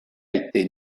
été